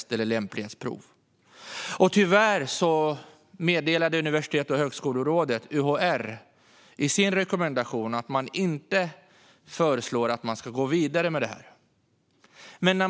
Det är en fråga vi har drivit länge. Tyvärr föreslog Universitets och högskolerådet, UHR, i sin rekommendation att man inte går vidare med frågan.